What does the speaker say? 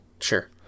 Sure